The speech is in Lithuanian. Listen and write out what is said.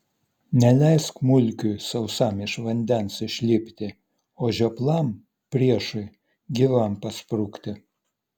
neleisk mulkiui sausam iš vandens išlipti o žioplam priešui gyvam pasprukti